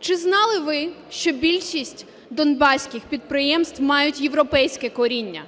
Чи знали ви, що більшість донбаських підприємств мають європейське коріння?